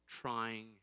Trying